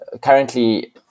currently